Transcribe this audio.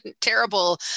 terrible